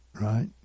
right